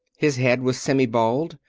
his head was semi-bald.